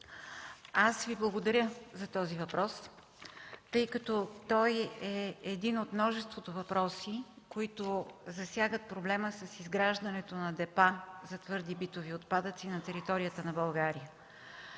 аз Ви благодаря за този въпрос, тъй като той е един от множеството въпроси, които засягат проблема с изграждането на депа за твърди и битови отпадъци на територията на България.